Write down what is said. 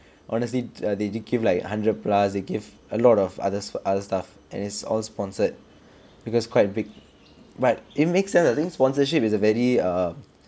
honestly err they they give like hundred plus they give a lot of others of other stuff and it's all sponsored because quite big but it makes sense lah I think sponsorship is a very uh